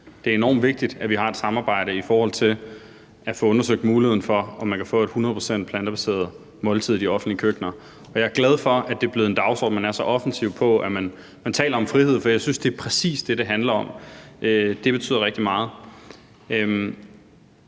det er enormt vigtigt, at vi har et samarbejde om at få undersøgt mulighederne for, om man kan få et 100 pct. plantebaseret måltid i de offentlige køkkener, og jeg er glad for, at det er blevet en dagsorden, man er så offensiv på, at man taler om frihed. For jeg synes, det præcis er det, det handler om. Det betyder rigtig meget.